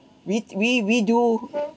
we we we do